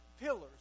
pillars